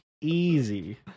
easy